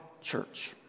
church